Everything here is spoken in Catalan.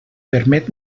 permet